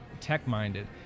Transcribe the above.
tech-minded